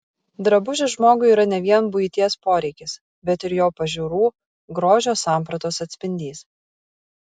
drabužis žmogui yra ne vien buities poreikis bet ir jo pažiūrų grožio sampratos atspindys